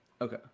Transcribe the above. Okay